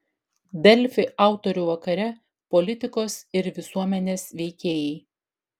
delfi autorių vakare politikos ir visuomenės veikėjai